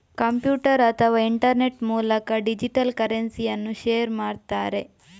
computer ಅಥವಾ internet ಮೂಲಕ digital ಕರೆನ್ಸಿಯನ್ನ ಶೇರ್ ಮಾಡ್ತಾರೆ